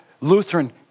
Lutheran